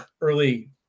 early